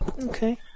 okay